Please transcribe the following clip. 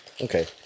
okay